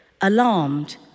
Alarmed